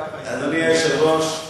אדוני היושב-ראש,